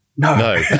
No